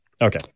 Okay